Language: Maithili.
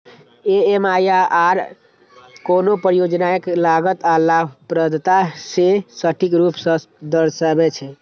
एम.आई.आर.आर कोनो परियोजनाक लागत आ लाभप्रदता कें सटीक रूप सं दर्शाबै छै